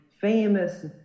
famous